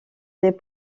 des